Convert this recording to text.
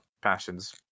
passions